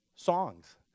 songs